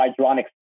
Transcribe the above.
hydronic